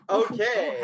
okay